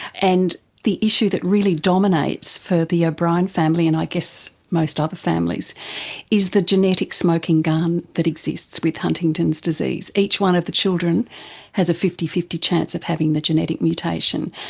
and the issue that really dominates for the o'brien family and i guess most other families is the genetic smoking gun that exists with huntington's disease. each one of the children has a fifty fifty chance of having the genetic mutation.